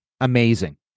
amazing